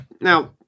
now